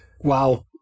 Wow